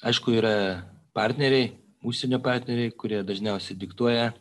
aišku yra partneriai užsienio partneriai kurie dažniausiai diktuoja